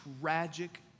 tragic